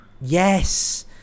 yes